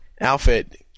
outfit